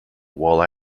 while